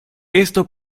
esto